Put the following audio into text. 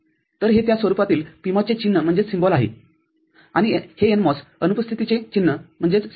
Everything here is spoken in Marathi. तर हे त्या स्वरूपातील PMOS चे चिन्ह आहे आणि हे NMOS अनुपस्थितीचे चिन्ह आहे